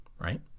Right